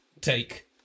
take